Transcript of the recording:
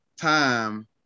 time